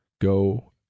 go